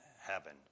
heaven